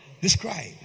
describe